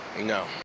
No